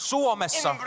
Suomessa